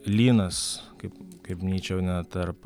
lynas kaip kaip mnyčiau net tarp